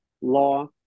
law